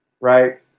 right